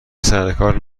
سرکار